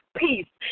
peace